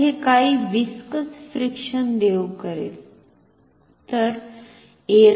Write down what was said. तर हे काही व्हिसकस फ्रिक्शन देवू करेल